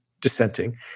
dissenting